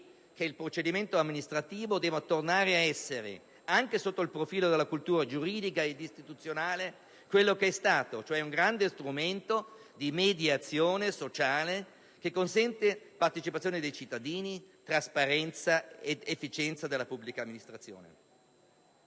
che il procedimento amministrativo debba tornare ad essere, anche sotto il profilo della cultura giuridica ed istituzionale, quello che è stato, cioè un grande strumento di mediazione sociale che consente partecipazione dei cittadini, trasparenza ed efficienza della pubblica amministrazione.